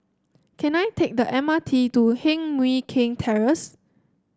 can I take the M R T to Heng Mui Keng Terrace